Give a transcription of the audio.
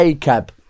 Cab